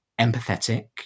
empathetic